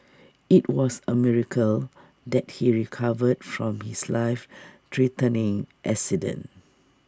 IT was A miracle that he recovered from his life threatening accident